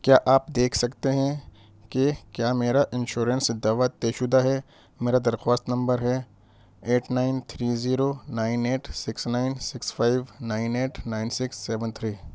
کیا آپ دیکھ سکتے ہیں کہ کیا میرا انشورنس دعویٰ طے شدہ ہے میرا درخواست نمبر ہے eight nine three zero nine eight six nine six five nine eight nine six seven three